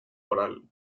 oral